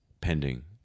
pending